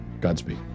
Godspeed